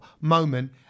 moment